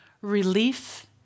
relief